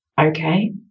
okay